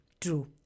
true